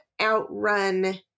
outrun